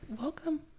Welcome